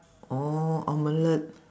oh omelette